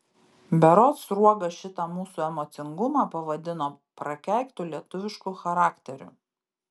berods sruoga šitą mūsų emocingumą pavadino prakeiktu lietuvišku charakteriu